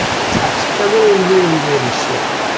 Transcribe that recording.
the tasks, they're all really, really short.